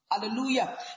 Hallelujah